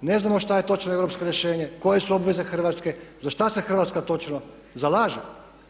Ne znamo što je točno europsko rješenje, koje su obveze Hrvatske, za šta se Hrvatska točno zalaže?